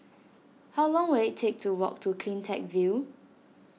how long will it take to walk to CleanTech View